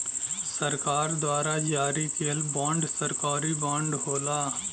सरकार द्वारा जारी किहल बांड सरकारी बांड होला